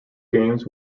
games